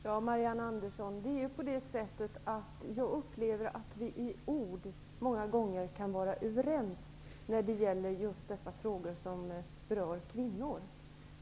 Herr talman! Det är ju på det sättet, Marianne Andersson, att vi i ord många gånger kan vara överens i frågor som berör kvinnor.